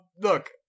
Look